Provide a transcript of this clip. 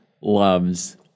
Loves